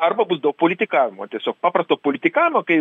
arba bus daug politikavimo tiesiog paprasto politikavimo kai